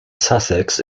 sussex